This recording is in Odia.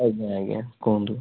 ଆଜ୍ଞା ଆଜ୍ଞା କୁହନ୍ତୁ